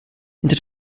hinter